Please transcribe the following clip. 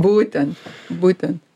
būtent būtent